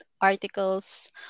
articles